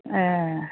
ए